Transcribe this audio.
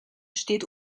steht